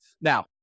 Now